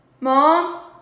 Mom